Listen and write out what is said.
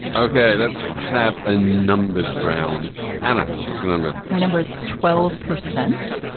okay. let's have a numbers round. anna what's your number my number is twelve percent.